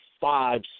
five